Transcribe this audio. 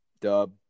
Dub